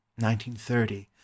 1930